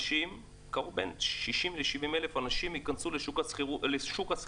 בין 60 ל-70 אלף אנשים ייכנסו לשוק השכירות,